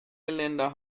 geländer